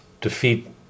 defeat